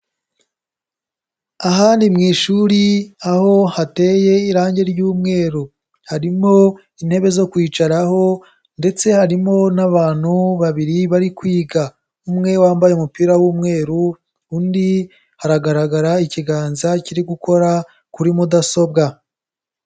Aha ni mu ishuri aho hateye irangi ry'umweru. Harimo intebe zo kwicaraho ndetse harimo n'abantu babiri bari kwiga. Umwe wambaye umupira w'umweru, undi hagaragara ikiganza kiri gukora kuri mudasobwa.